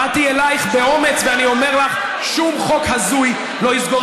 באתי אלייך באומץ ואני אומר לך: שום חוק הזוי לא יסגור